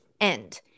end